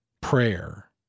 prayer